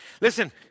Listen